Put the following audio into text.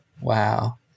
Wow